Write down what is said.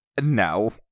no